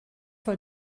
vor